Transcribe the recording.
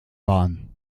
waren